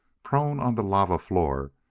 prone on the lava floor,